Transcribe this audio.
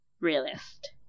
realist